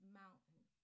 mountain